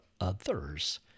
others